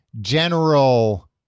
general